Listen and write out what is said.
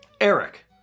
Eric